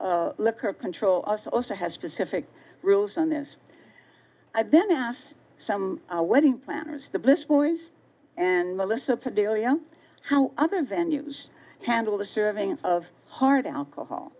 of liquor control us also has specific rules on this i ben has some our wedding planners the bliss boys and melissa delia how other venues handle the serving of hard alcohol